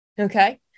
okay